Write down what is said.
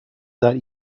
that